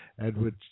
Edward